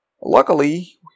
Luckily